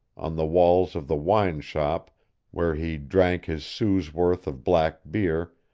on the walls of the wine-shop where he drank his sou's worth of black beer,